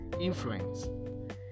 influence